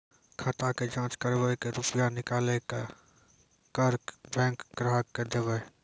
खाता के जाँच करेब के रुपिया निकैलक करऽ बैंक ग्राहक के देब?